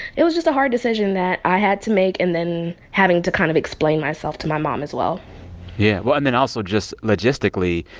it was just a hard decision that i had to make and then having to kind of explain myself to my mom as well yeah well, and then also just logistically,